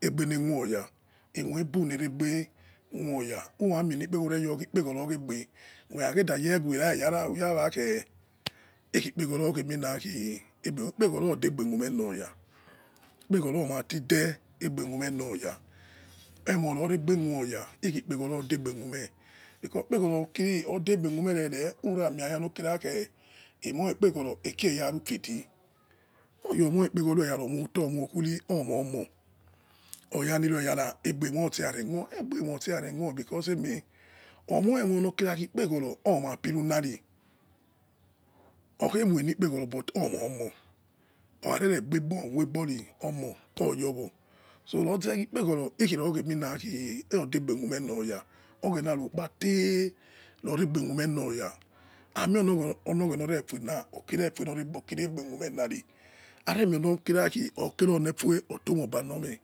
hekho ya ebubu leregbe khuoya owa mie ekpeghoro lure yo ekpeghoro, ukhaghue yare yara ochinienro khi ekpeghoro degbe khueino loya, ekpeghoro oims ti de egbe ghi mie loya emolo regbe khu oya ikhi ekpeghoro lodebe khime ekpeghoro ordebe okhume rere imoi ayalokiri imoi ekpeghoro ekeya rufi ghi. Oya moi kpeghoro eyara omoto, omo khilo aigbe moti yare khue aigbe moti yari moi because omio ekpeghoro yati aina lari khari omor omoi, ore khugbe ri omo oimomo loze ekpeghoro oidegbe khume oya oghena qukpa tey loregbe khume loyal omo loghena efuena olefue okim egbe khume lari aire moi lokeri lefue oto me ova lome.